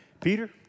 Peter